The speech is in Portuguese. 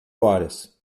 horas